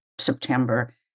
September